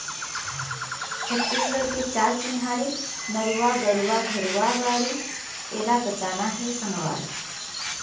छत्तीसगढ़ के चार चिन्हारी नरूवा, गरूवा, घुरूवा, बाड़ी एला बचाना हे संगवारी